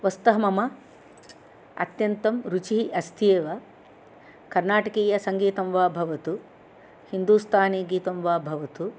वस्तुतः मम अत्यन्तं रुचिः अस्ति एव कर्नाटकीयसङ्गीतं वा भवतु हिन्दूस्थानीगीतं वा भवतु